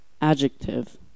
Adjective